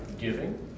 giving